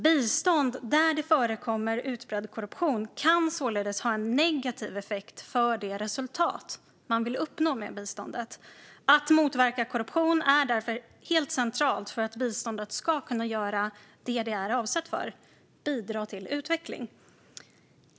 Bistånd där det förekommer utbredd korruption kan således ha en negativ effekt för det resultat man vill uppnå med biståndet. Att motverka korruption är därför helt centralt för att biståndet ska kunna göra det som det är avsett för, det vill säga bidra till utveckling.